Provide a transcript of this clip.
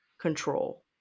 control